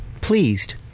Pleased